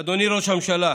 אדוני ראש הממשלה,